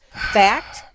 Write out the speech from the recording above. fact